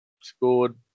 scored